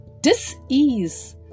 dis-ease